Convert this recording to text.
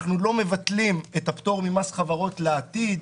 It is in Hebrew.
אנחנו לא מבטלים את הפטור ממס חברות לעתיד.